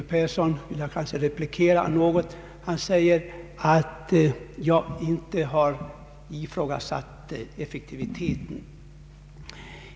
Herr Yngve Persson säger att jag inte har ifrågasatt effektiviteten.